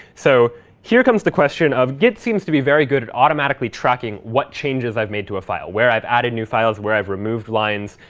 so here comes the question of, git seems to be very good at automatically tracking what changes i've made to a file where i've added new files, where i've removed lines,